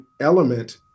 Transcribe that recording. element